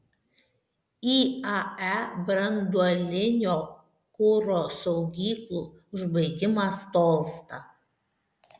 iae branduolinio kuro saugyklų užbaigimas tolsta